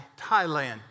Thailand